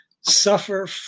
suffer